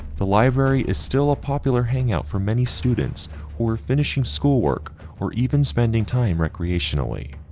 the library is still a popular hangout for many students or finishing school work or even spending time recreationally.